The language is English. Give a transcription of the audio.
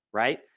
right.